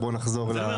נחזור לסדר.